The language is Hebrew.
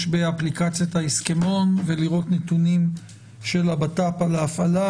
באפליקציית ההסכמון ולראות נתונים של הבט"פ על ההפעלה,